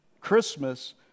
Christmas